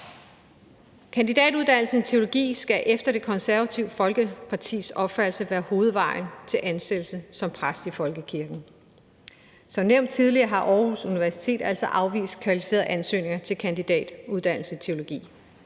Kandidatuddannelsen i teologi skal efter Det Konservative Folkepartis opfattelse være hovedvejen til ansættelse som præst i folkekirken. Som nævnt tidligere har Aarhus Universitet altså afvist kvalificerede ansøgere til kandidatuddannelsen i teologi.